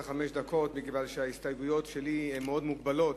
הדקות, מכיוון שההסתייגויות שלי הן מאוד מוגבלות.